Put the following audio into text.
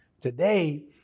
Today